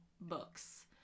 books